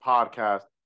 Podcast